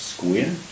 Square